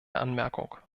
anmerkung